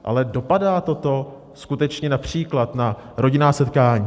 Ale dopadá toto skutečně například na rodinná setkání?